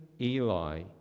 Eli